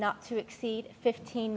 not to exceed fifteen